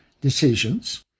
decisions